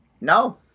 No